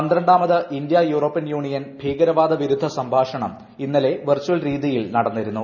പന്ത്രണ്ടാമത് India European union ഭീകരവാദ വിരുദ്ധ സംഭാഷണം ഇന്നലെ വെർച്ചൽ രീതിയിൽ നടന്നിരുന്നു